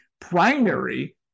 primary